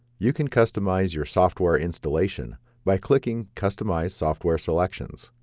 you can customize your software installation by clicking customize software selections.